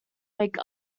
make